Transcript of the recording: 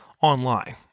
online